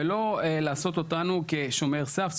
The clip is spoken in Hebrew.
ולא לעשות אותנו כשומר סף.